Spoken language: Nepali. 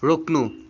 रोक्नु